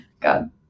God